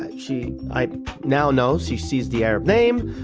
she, i now know she sees the arab name,